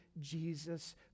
Jesus